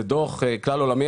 זה דוח כלל עולמי.